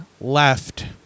left